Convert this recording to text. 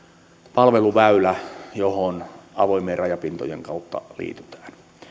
palveluväylä johon avoimien rajapintojen kautta liitytään